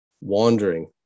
wandering